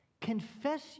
Confess